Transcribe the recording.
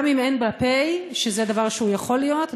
גם אם אין בה פ/ שזה דבר שהוא יכול להיות,